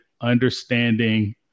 understanding